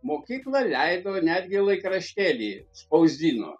mokykla leido netgi laikraštėlį spausdino